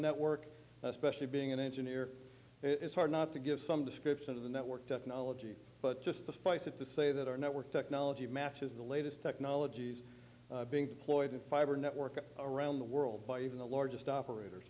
network especially being an engineer it's hard not to give some description of the network technology but just suffice it to say that our network technology matches the latest technologies being deployed in fiber network around the world by even the largest operator